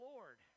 Lord